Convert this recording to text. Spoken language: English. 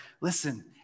listen